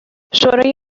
شورای